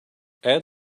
add